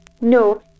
No